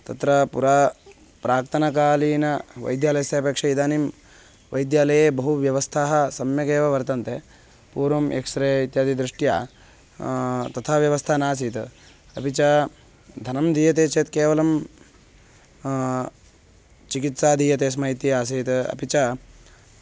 तत्र पुरा प्राक्तनकालीनवैद्यालयस्य अपेक्षा इदानीं वैद्यालये बहुव्यवस्थाः सम्यगेव वर्तन्ते पूर्वम् एक्स् रे इत्यादि दृष्ट्या तथा व्यवस्था नासीत् अपि च धनं दीयते चेत् केवलं चिकित्सा दीयते स्म इति आसीत् अपि च